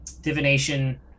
divination